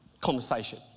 Conversation